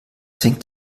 fängt